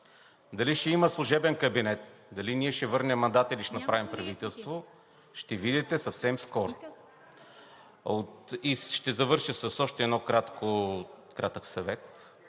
Дали ще има служебен кабинет, дали ние ще върнем мандата, или ще направим правителство, ще видите съвсем скоро. Ще завърша с кратък съвет